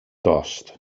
dost